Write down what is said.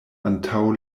antaŭ